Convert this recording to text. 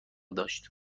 داشت